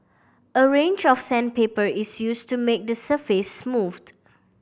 a range of sandpaper is used to make the surface smooth